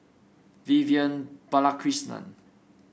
Vivian Balakrishnan